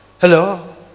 Hello